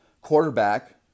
quarterback